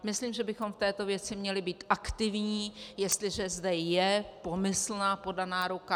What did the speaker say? Myslím, že bychom v této věci měli být aktivní, jestliže zde je pomyslná podaná ruka.